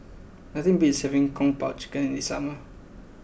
nothing beats having Kung Po Chicken in the summer